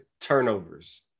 turnovers